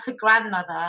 grandmother